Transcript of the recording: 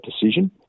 decision